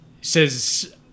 says